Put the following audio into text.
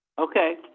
okay